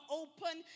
open